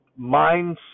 mindset